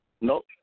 Nope